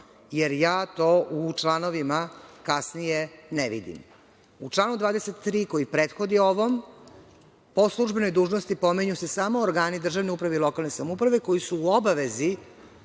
jer ja to u članovima kasnije ne vidim.U članu 23. koji prethodi ovom, po službenoj dužnosti pominju se samo organi državne uprave i lokalne samouprave koji su u obavezi